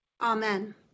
Amen